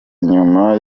inyuma